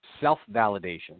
self-validation